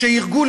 כשארגון,